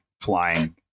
flying